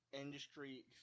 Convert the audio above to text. industry